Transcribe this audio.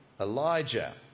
Elijah